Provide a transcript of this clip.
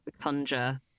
conjure